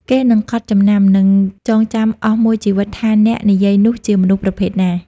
គេនឹងកត់ចំណាំ និងចងចាំអស់មួយជីវិតថាអ្នកនិយាយនោះជាមនុស្សប្រភេទណា។